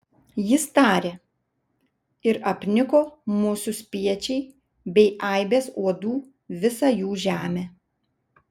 jis tarė ir apniko musių spiečiai bei aibės uodų visą jų žemę